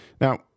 Now